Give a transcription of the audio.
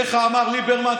איך אמר ליברמן?